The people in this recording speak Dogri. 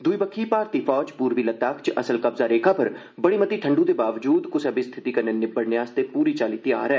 द्ई बक्खी भारतीय फौज पूर्वी लद्दाख च असल कब्ज़ा रेखा पर बड़ी मती ठंडू दे बावजूद कुसै बी स्थिति कन्नै निबड़ने लेई पूरी चाल्ली तैयार ऐ